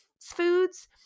foods